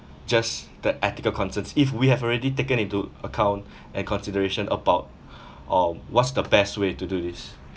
just that ethical concerns if we have already taken into account and consideration about or what's the best way to do this